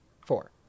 four